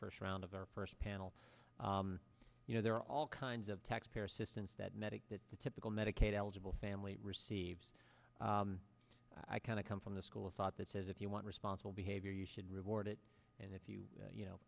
first round of our first panel you know there are all kinds of taxpayer assistance that medic that the typical medicaid eligible family receives i kind of come from the school of thought that says if you want responsible behavior you should reward it and if you you know